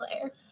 player